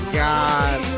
god